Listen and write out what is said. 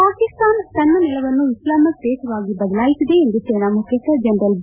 ಪಾಕಿಸ್ತಾನ ತನ್ನ ನೆಲವನ್ನು ಇಸ್ಲಾಮಿಕ್ ದೇಶವಾಗಿ ಬದಲಾಯಿಸಿದೆ ಎಂದು ಸೇನಾ ಮುಖ್ಯಸ್ವ ಜನರಲ್ ಬಿ